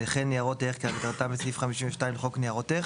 וכן ניירות ערך כהגדרתם בסעיף 52 לחוק ניירות ערך.